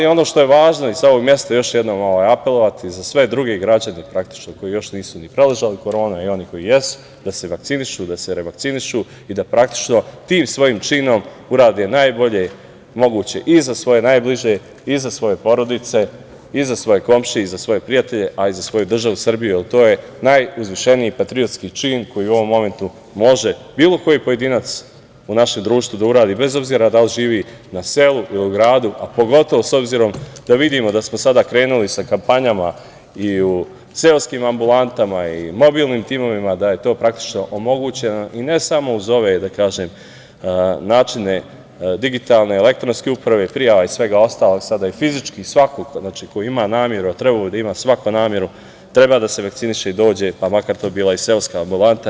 Ono što je važno, i sa ovog mesta još jednom apelovati, za sve druge građane koji praktično još nisu ni preležali koronu, i oni koji jesu, da se vakcinišu, da se revakcinišu i da praktično tim svojim činom urade najbolje moguće i za svoje najbliže i za svoje porodice i za svoje komšije i za svoje prijatelje, a i za svoju državu Srbiju, jer to je najuzvišeniji patriotski čin koji u ovom momentu može bilo koji pojedinac u našem društvu da uradi, bez obzira da li živi na selu ili gradu, a pogotovo s obzirom da vidimo da smo sada krenuli sa kampanjama i u seoskim ambulantama, i u mobilnim timovima, da je to praktično omogućeno, i ne samo uz ove elektronske načine, digitalne, elektronske uprave, prijave i svega ostalog, sada i fizički, svako ko ima nameru, a trebalo bi da ima svako nameru, treba da se vakciniše i dođe, pa makar to bila i seoska ambulanta.